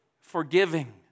Forgiving